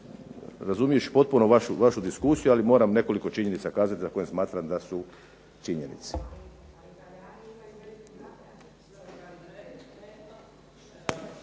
razumjevši potpuno vašu diskusiju, ali moram nekoliko činjenica kazati za koje smatram da su činjenice.